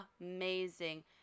amazing